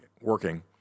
working